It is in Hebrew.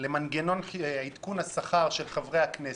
למנגנון עדכון השכר של חברי הכנסת.